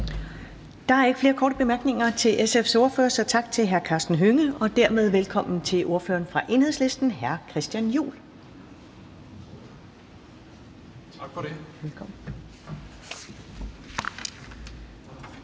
Der er ikke flere korte bemærkninger til SF's ordfører, så tak til hr. Karsten Hønge. Og dermed velkommen til ordføreren for Enhedslisten, hr. Christian Juhl. Velkommen.